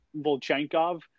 Volchenkov